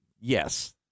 Yes